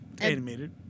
animated